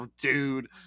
dude